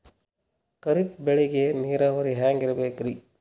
ಖರೀಫ್ ಬೇಳಿಗ ನೀರಾವರಿ ಹ್ಯಾಂಗ್ ಇರ್ಬೇಕರಿ?